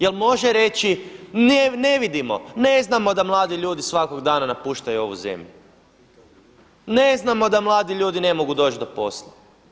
Je li može reći, ne vidimo, ne znamo da mladi ljudi svakog dana napuštaju ovu zemlju, ne znamo da mladi ljudi ne mogu doći do posla?